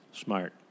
Smart